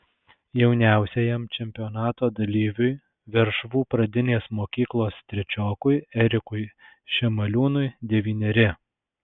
jauniausiajam čempionato dalyviui veršvų pradinės mokyklos trečiokui erikui šemaliūnui devyneri